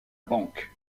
banque